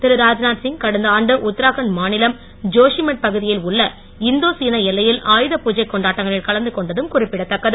திரு ராத்நாத் சிங் கடந்த ஆண்டு உத்தராகண்ட் மாநிலம் ஜோஷிமட் பகுதியில் உள்ள இந்தோ சீன எல்லையில் ஆயுதபூஜை கொண்டாட்டங்களில் கலந்து கொண்டதும் குறிப்பிடதக்கது